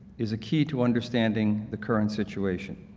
is a key to understanding the current situation.